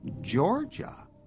Georgia